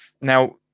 Now